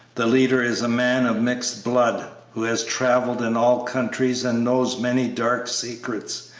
the leader is a man of mixed blood, who has travelled in all countries and knows many dark secrets,